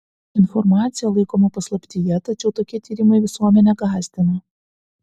informacija laikoma paslaptyje tačiau tokie tyrimai visuomenę gąsdina